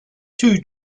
two